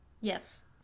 Yes